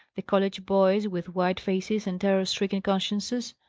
the college boys, with white faces and terror-stricken consciences,